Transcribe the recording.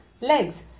legs